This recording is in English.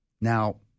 Now